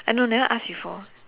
I know never ask before